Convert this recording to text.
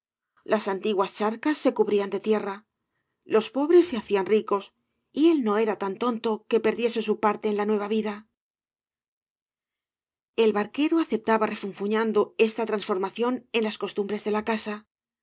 las antiguas charcas se cubrían de tierra los pobres se hacían ricos y él no era tan tonto que perdiese su parte en la nueva vida el barquero aceptaba refunfuñando esta transformación en las costumbres de la casa